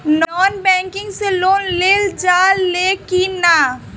Non banking से loan लेल जा ले कि ना?